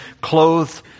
clothed